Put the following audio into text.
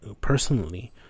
personally